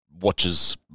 watches